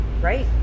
right